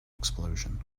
explosion